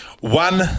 One